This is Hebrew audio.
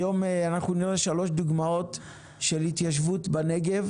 היום אנחנו נראה שלוש דוגמאות של התיישבות בנגב,